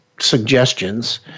suggestions